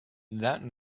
that